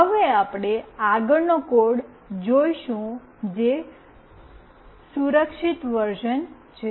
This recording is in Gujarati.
હવે આપણે આગળ નો કોડ જોઈશું જે સુરક્ષિત વર્ઝન છે